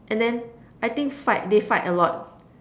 and then I think fight they fight a lot